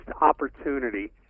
opportunity